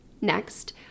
Next